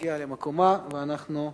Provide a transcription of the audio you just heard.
להגיע למקומה ואנחנו נצביע.